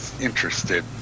interested